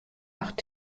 macht